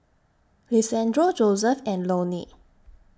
Lisandro Joseph and Loni